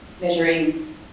Measuring